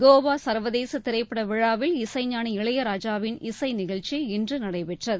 கோவா சர்வதேச திரைப்பட விழாவில் இசைஞானி இளையராஜாவின் இசை நிகழ்ச்சி இன்று நடைபெற்றது